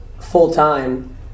full-time